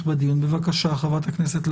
בבקשה.